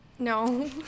No